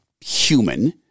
human